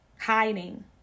hiding